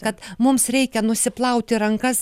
kad mums reikia nusiplauti rankas